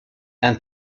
and